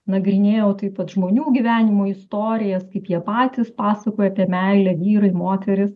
nagrinėjau taip pat žmonių gyvenimo istorijas kaip jie patys pasakojo apie meilę vyrai moterys